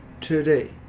today